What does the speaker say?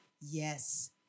Yes